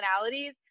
personalities